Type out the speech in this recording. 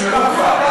האלה הושמעו כבר.